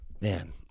man